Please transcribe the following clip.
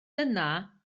dyna